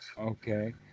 Okay